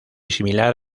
similar